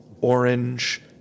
orange